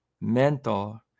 mentor